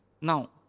Now